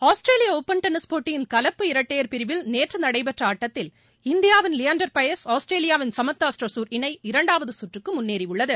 ஆஸ்திரேலிய open tennis போட்டியின் கலப்பு இரட்டையர் பிரிவில் நேற்று நடைபெற்ற ஆட்டத்தில் இந்தியாவின் லியாண்டர் பயஸ் ஆஸ்திரேலியாவின் சமந்தா ஸ்டோசர் இணை இரண்டாவது சுற்றுக்கு முன்னேறியுள்ளது